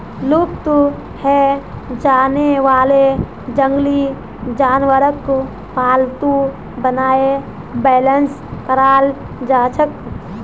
लुप्त हैं जाने वाला जंगली जानवरक पालतू बनाए बेलेंस कराल जाछेक